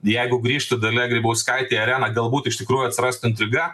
jeigu grįžtų dalia grybauskaitė į areną galbūt iš tikrųjų atsirastų intriga